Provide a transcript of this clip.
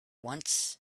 once